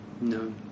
No